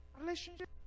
relationship